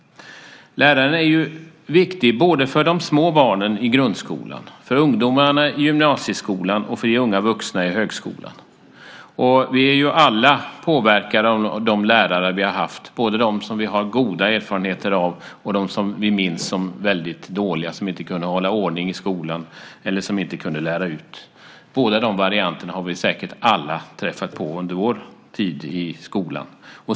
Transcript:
Läraren är viktig både för de små barnen i grundskolan, för ungdomarna i gymnasieskolan och för de unga vuxna i högskolan. Vi är alla påverkade av de lärare vi har haft, både de som vi har goda erfarenheter av och de som vi minns som väldigt dåliga som inte kunde hålla ordning i skolan eller som inte kunde lära ut. Båda de varianterna har vi säkert alla träffat på under vår tid i skolan.